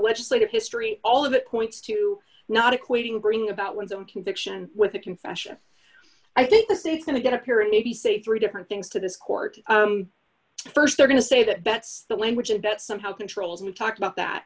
legislative history all of it points to not equating bringing about one's own conviction with a confession i think the six going to get up here and maybe say three different things to this court first they're going to say that that's the language and that somehow controls and we talked about that